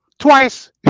Twice